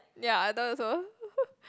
ya I know also